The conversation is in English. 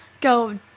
go